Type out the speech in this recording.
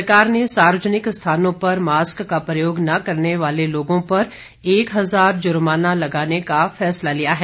सरकार ने सार्वजनिक स्थानों पर मास्क का प्रयोग न करने वाले लोगों पर एक हजार जुर्माना लगाने का फैसला लिया है